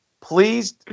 please